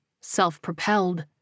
self-propelled